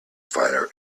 finer